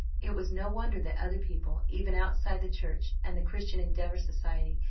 it was no wonder that other people, even outside the church and the christian endeavor society,